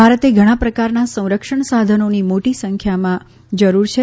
ભારતે ઘણા પ્રકારના સંરક્ષણ સાધનોની મોટી સંખ્યામાં જરૂર છે